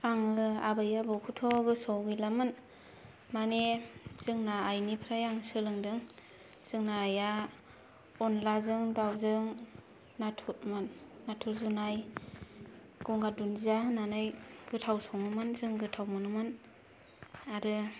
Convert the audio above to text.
आङो आबै आबौखौथ' गोसोआव गैलामोन माने जोंना आइनिफ्राय आं सोलोंदों जोंहा आइआ अनलाजों दाउजों नाथुरमोन नाथुर जुनाय गंगार दुन्दिया होनानै गोथाव सङोमोन जों गोथाव मोनोमोन आरो